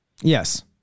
Yes